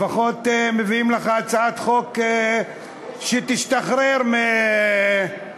לפחות מביאים לך הצעת חוק שתשתחרר, איך